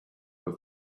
but